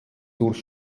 durch